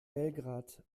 belgrad